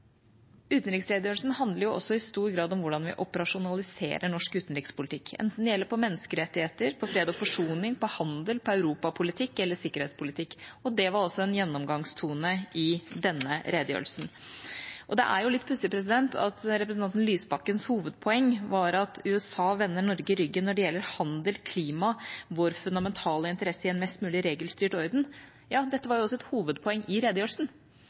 Utenriksredegjørelsen handler også i stor grad om hvordan vi operasjonaliserer norsk utenrikspolitikk, enten det gjelder menneskerettigheter, fred og forsoning, handel, europapolitikk eller sikkerhetspolitikk. Det var en gjennomgangstone i denne redegjørelsen. Det er litt pussig at representanten Lysbakkens hovedpoeng var at USA vender Norge ryggen når det gjelder handel og klima, vår fundamentale interesse i en mest mulig regelstyrt verden. Dette var et hovedpoeng i redegjørelsen: